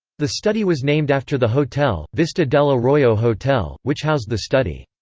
the study was named after the hotel, vista del arroyo hotel, which housed the study.